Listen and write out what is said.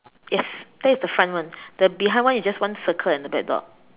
yes that is the front one the behind one is just one circle and a black dot